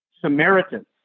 Samaritans